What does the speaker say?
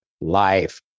life